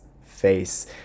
face